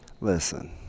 Listen